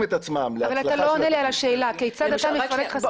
את עצמם -- אבל אתה לא עונה לי על השאלה כיצד אתה מפרק חסמים?